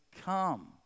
come